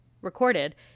recorded